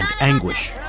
anguish